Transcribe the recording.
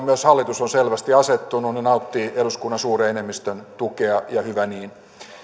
myös hallitus on selvästi asettunut nauttii eduskunnan suuren enemmistön tukea ja hyvä niin